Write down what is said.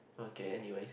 okay n_u_s